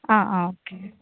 ആ ആ ഓക്കെ